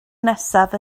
nesaf